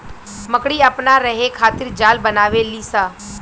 मकड़ी अपना रहे खातिर जाल बनावे ली स